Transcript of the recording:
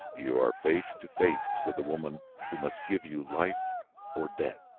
you are face to face with the woman who must give you life or death.